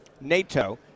NATO